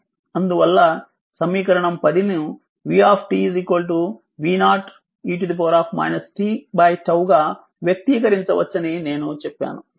అందువల్ల సమీకరణం 10 ను v v0 e t τ గా వ్యక్తీకరించవచ్చని నేను చెప్పాను